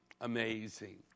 amazing